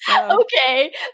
okay